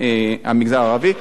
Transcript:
לגבי המגזר הערבי,